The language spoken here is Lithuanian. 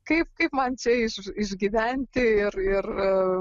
kaip kaip man čia iš išgyventi ir ir